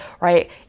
right